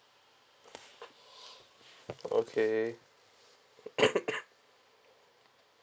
okay